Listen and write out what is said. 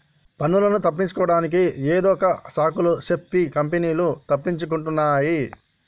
పన్నులను తగ్గించుకోడానికి ఏదొక సాకులు సెప్పి కంపెనీలు తప్పించుకుంటున్నాయ్